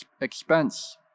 expense